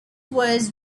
was